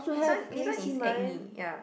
this one this one is acne ya